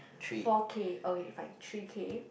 four K okay if I three K